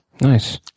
Nice